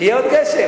שיהיה עוד גשם.